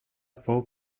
fou